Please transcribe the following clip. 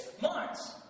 months